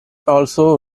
also